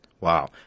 Wow